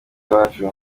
iwacu